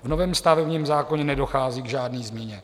V novém stavebním zákoně nedochází k žádné změně.